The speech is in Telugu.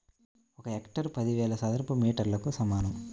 ఒక హెక్టారు పదివేల చదరపు మీటర్లకు సమానం